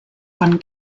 von